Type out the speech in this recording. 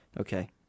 Okay